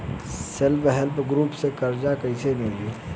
Self help group से कर्जा कईसे मिली?